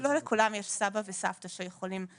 לא לכולם יש סבא וסבתא שיכולים להיות שם.